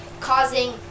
causing